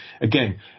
Again